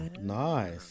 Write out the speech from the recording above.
nice